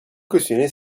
cautionner